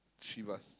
Chivas